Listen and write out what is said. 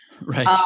Right